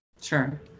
Sure